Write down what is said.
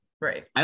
right